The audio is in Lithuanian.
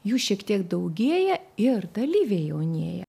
jų šiek tiek daugėja ir dalyviai jaunėja